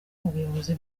ubuyobozi